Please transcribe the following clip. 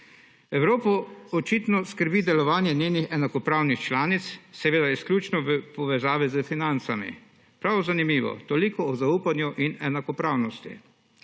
Evropo očitno skrbi delovanje njenih enakopravnih članic, seveda izključno v povezavi s financami. Prav zanimivo, toliko o zaupanju in enakopravnosti!